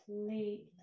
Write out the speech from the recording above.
completely